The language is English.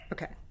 Okay